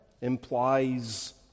implies